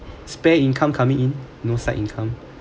spare income coming in no side income